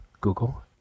Google